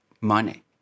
money